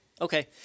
Okay